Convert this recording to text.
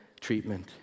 treatment